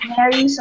Mary